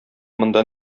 монда